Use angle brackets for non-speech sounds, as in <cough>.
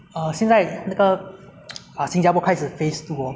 uh 现在那个 <noise> 新加坡开始 phase two hor